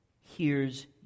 hears